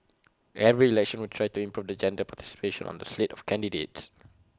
every election we try to improve the gender participation on the slate of candidates